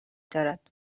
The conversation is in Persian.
دارد